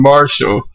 Marshall